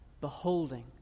beholding